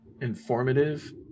informative